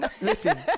Listen